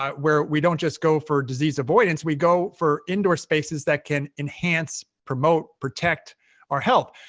um where we don't just go for disease avoidance. we go for indoor spaces that can enhance, promote, protect our health.